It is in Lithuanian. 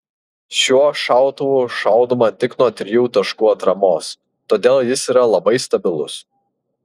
šiuo šautuvu šaudoma tik nuo trijų taškų atramos todėl jis yra labai stabilus